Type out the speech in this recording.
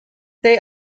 they